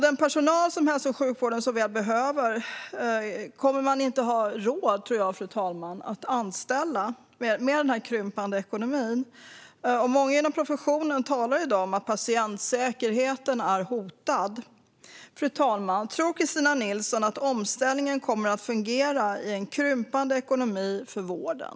Den personal som hälso och sjukvården så väl behöver kommer man inte, tror jag, fru talman, att ha råd att anställa med den krympande ekonomin. Många inom professionen talar i dag om att patientsäkerheten är hotad. Fru talman! Tror Kristina Nilsson att omställningen kommer att fungera i en situation med krympande ekonomi för vården?